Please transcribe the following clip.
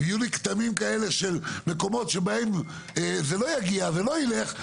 יהיו לי כתמים כאלה של מקומות שבהם זה לא יגיע ולא יילך,